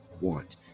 want